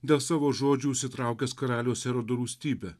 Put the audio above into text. dėl savo žodžių užsitraukęs karaliaus erodo rūstybę